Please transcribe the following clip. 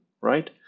right